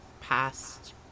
past